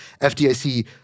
FDIC